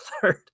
third